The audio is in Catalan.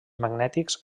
magnètics